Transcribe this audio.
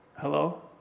Hello